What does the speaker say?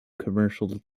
commercial